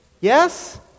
Yes